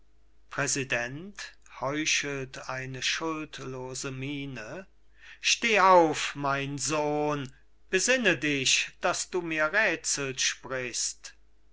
miene steh auf mein sohn besinne dich daß du mir räthsel sprichst